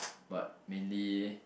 but mainly